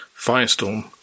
firestorm